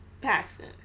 Paxton